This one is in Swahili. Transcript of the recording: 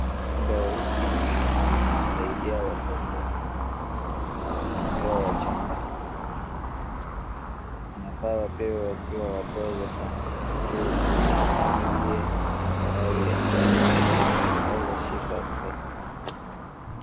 Dawa hiki inasaidia watoto wakiwa wachanga. Wanafaa wapewe wakiwa wadogo sana ili izuie maradhi ambayo yanaweza shika mtoto.